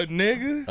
nigga